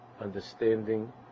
understanding